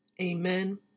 Amen